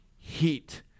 Heat